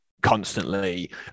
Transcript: constantly